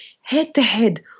head-to-head